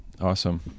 Awesome